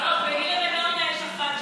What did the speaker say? ז'קט.